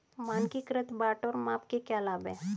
मानकीकृत बाट और माप के क्या लाभ हैं?